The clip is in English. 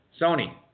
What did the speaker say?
Sony